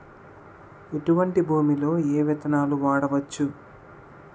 ఎటువంటి భూమిలో ఏ విత్తనాలు వాడవచ్చు?